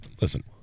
Listen